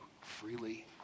freely